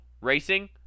Racing